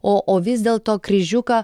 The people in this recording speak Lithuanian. o o vis dėl to kryžiuką